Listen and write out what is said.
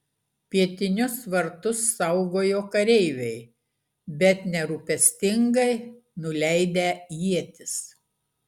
pietinius vartus saugojo kareiviai bet nerūpestingai nuleidę ietis